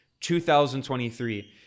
2023